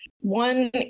One